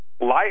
life